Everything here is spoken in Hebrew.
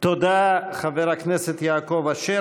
תודה, חבר הכנסת יעקב אשר.